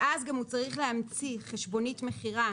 ואז גם הוא צריך להמציא חשבונית מכירה,